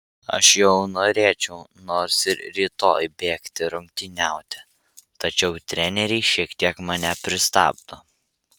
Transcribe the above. aš jau norėčiau nors ir rytoj bėgti rungtyniauti tačiau treneriai šiek tiek mane pristabdo